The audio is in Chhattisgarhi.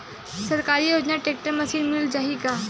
सरकारी योजना टेक्टर मशीन मिल जाही का?